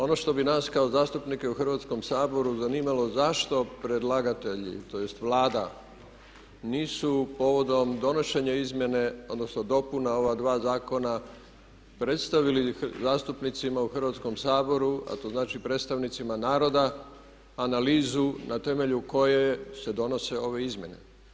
Ono što bi nas kao zastupnike u Hrvatskom saboru zanimalo zašto predlagatelji tj. Vlada nisu povodom donošenja izmjene, odnosno dopuna ova 2 zakona predstavili zastupnicima u Hrvatskom saboru a to znači predstavnicima naroda analizu na temelju koje se donose ove izmjene.